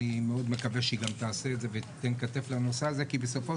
אני מאוד מקווה שהיא גם תעשה ותיתן כתף לנושא הזה כי בסופו